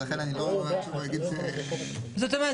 ולכן אני לא --- זאת אומרת,